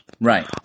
Right